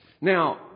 Now